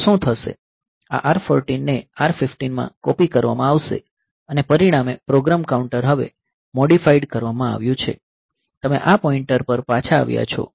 આ R 14 ને R 15 માં કૉપિ કરવામાં આવશે અને પરિણામે પ્રોગ્રામ કાઉન્ટર હવે મોડીફાઇડ કરવામાં આવ્યું છે તમે આ પોઈન્ટ પર પાછા આવ્યા છો